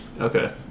okay